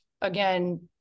again